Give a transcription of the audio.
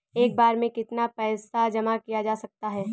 एक बार में कितना पैसा जमा किया जा सकता है?